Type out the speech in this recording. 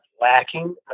lacking